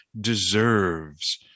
deserves